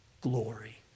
glory